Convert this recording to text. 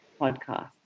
podcast